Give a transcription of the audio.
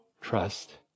trust